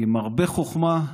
עם הרבה חוכמה,